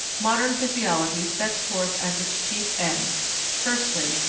modern physiology sets forth as its chief ends firstly,